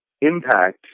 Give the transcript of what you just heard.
impact